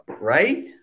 Right